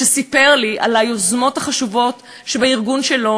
שסיפר לי על היוזמות החשובות שבארגון שלו